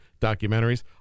documentaries